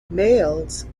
males